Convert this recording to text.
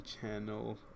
channel